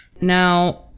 Now